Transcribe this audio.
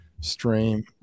stream